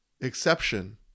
exception